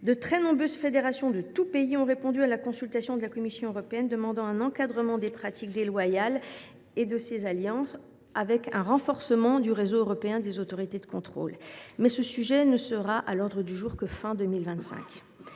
De très nombreuses fédérations de tous pays ont répondu à la consultation de la Commission européenne, demandant un encadrement des pratiques déloyales de ces alliances et un renforcement du réseau européen des autorités de contrôle. Ce sujet ne sera toutefois à